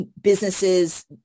businesses